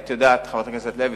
חברת הכנסת לוי,